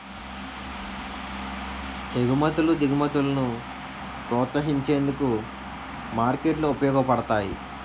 ఎగుమతులు దిగుమతులను ప్రోత్సహించేందుకు మార్కెట్లు ఉపయోగపడతాయి